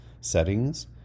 settings